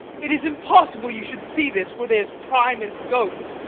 it is impossible you should see this were they as prime as goats,